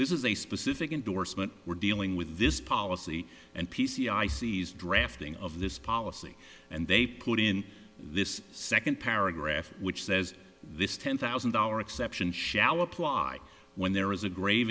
this is a specific indorsement we're dealing with this policy and p c i sees drafting of this policy and they put in this second paragraph which says this ten thousand dollar exception shall apply when there is a grave